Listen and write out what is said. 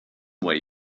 way